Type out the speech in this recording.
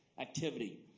activity